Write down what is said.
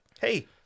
Hey